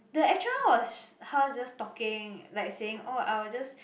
the actual one was her just talking like saying oh I will just